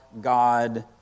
God